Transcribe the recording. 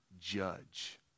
judge